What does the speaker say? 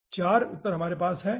4 उत्तर हमारे पास हैं